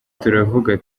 turavuga